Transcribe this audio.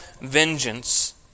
vengeance